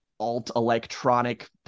alt-electronic